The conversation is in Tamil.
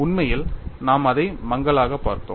உண்மையில் நாம் அதை மங்கலாக பார்த்தோம்